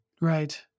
Right